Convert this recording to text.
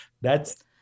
That's-